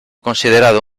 considerado